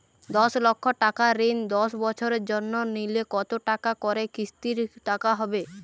দশ লক্ষ টাকার ঋণ দশ বছরের জন্য নিলে কতো টাকা করে কিস্তির টাকা হবে?